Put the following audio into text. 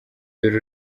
dore